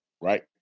right